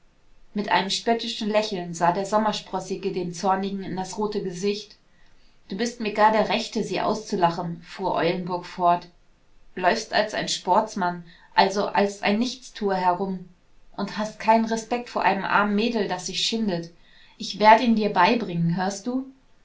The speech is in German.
mit einem spöttischen lächeln sah der sommersprossige dem zornigen in das rote gesicht du bist mir gar der rechte sie auszulachen fuhr eulenburg fort läufst als ein sportsmann also als ein nichtstuer herum und hast keinen respekt vor einem armen mädel das sich schindet ich werd ihn dir beibringen hörst du